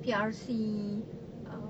P_R_C uh